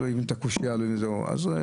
הוא היה